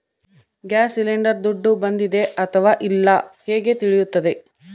Gas cylinder ದುಡ್ಡು ಬಂದಿದೆ ಅಥವಾ ಇಲ್ಲ ಹೇಗೆ ತಿಳಿಯುತ್ತದೆ?